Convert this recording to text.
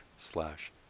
slash